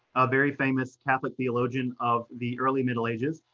a very famous catholic theologian of the early middle ages,